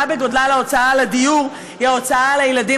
בגודלה להוצאה על הדיור היא ההוצאה על הילדים.